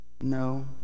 no